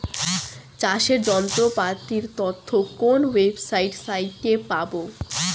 চাষের যন্ত্রপাতির তথ্য কোন ওয়েবসাইট সাইটে পাব?